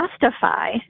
justify